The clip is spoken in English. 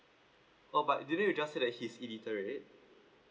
oh but did you just say that he's illiterate